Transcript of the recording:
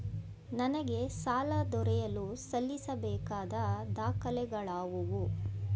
ನನಗೆ ಸಾಲ ದೊರೆಯಲು ಸಲ್ಲಿಸಬೇಕಾದ ದಾಖಲೆಗಳಾವವು?